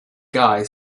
guy